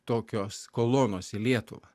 tokios kolonos į lietuvą